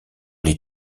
les